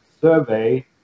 survey